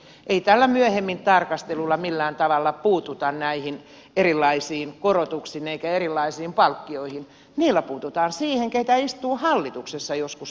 ei tällä myöhemmin tarkastelulla millään tavalla puututa näihin erilaisiin korotuksiin eikä erilaisiin palkkioihin niillä puututaan siihen keitä istuu hallituksessa joskus myöhemmin